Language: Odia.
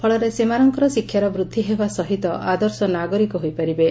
ଫଳରେ ସେମାନଙ୍କର ଶିକ୍ଷାର ବୃଦ୍ଧି ହେବା ସହିତ ଆଦର୍ଶ ନାଗରିକ ହୋଇପାରିବେ